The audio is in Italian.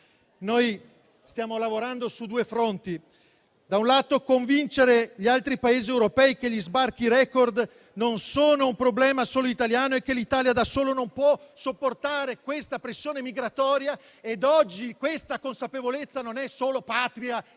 - stiamo lavorando su due fronti: da un lato convincere gli altri Paesi europei che gli sbarchi *record* non sono un problema solo italiano e che l'Italia da sola non può sopportare questa pressione migratoria. Oggi questa consapevolezza non è solo patria degli